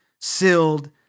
sealed